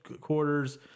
quarters